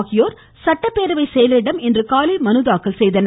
ஆகியோர் சட்டப்பேரவைச் செயலரிடம் இன்றுகாலை மனு தாக்கல் செய்தனர்